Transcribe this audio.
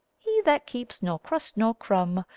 he that keeps nor crust nor crum,